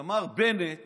שמר בנט